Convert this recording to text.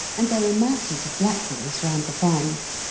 and there are masses of blackberries round the farms.